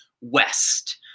West